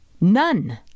None